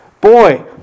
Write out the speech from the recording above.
Boy